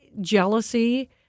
jealousy